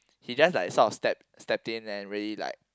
he just like sort of step stepped in and really like